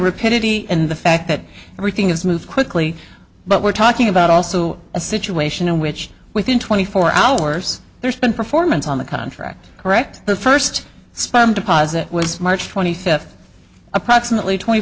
repetitive and the fact that everything is moved quickly but we're talking about also a situation in which within twenty four hours there's been performance on the contract correct the first spam deposit was march twenty fifth approximately twenty